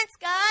guys